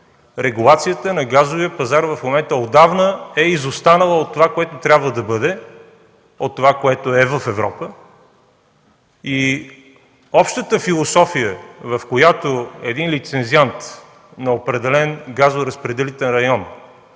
Регулацията на газовия пазар в момента отдавна е изостанала от това, което трябва да бъде, от това, което е в Европа. Общата философия, в която един лицензиант на определен газоразпределителен